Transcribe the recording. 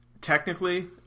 Technically